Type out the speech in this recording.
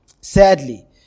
Sadly